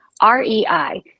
R-E-I